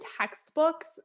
textbooks